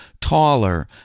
taller